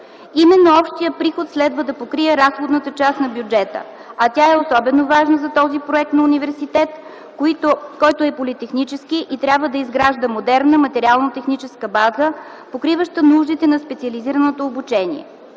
Именно общият приход следва да покрие разходната част на бюджета, а тя е особено важна за този проект на университет, който е политехнически и трябва да изгражда модерна материално-техническа база, покриваща нуждите на специализираното обучение.